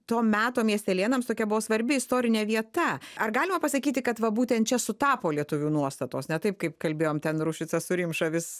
to meto miestelėnams tokia buvo svarbi istorinė vieta ar galima pasakyti kad va būtent čia sutapo lietuvių nuostatos ne taip kaip kalbėjom ten ruščicas su rimša vis